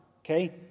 okay